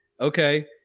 Okay